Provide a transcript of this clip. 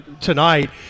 tonight